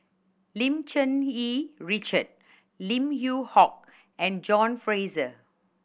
Lim Cherng Yih Richard Lim Yew Hock and John Fraser